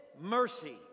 mercy